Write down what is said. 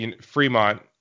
Fremont